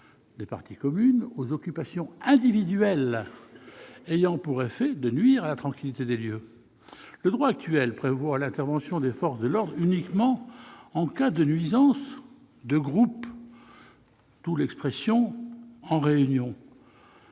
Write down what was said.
de parties communes aux occupations individuelles ayant pour effet de nuire à la tranquillité des lieux. Le droit actuel prévoit l'intervention des forces de l'ordre uniquement en cas de nuisance « de groupe »- d'où l'expression « en réunion ».